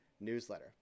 Newsletter